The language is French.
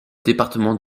département